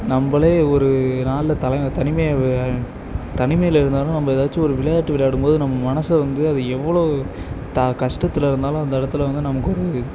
நம்மளே ஒரு நாள்ல தலை தனிமையை வ தனிமையில் இருந்ததனால நம்ம ஏதாச்சும் ஒரு விளையாட்டு விளையாடும்போது நம்ம மனசை வந்து அது எவ்வளோ தா கஷ்டத்தில் இருந்தாலும் அந்த இடத்துல வந்து நமக்கொரு